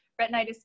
retinitis